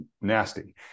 nasty